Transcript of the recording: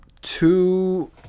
two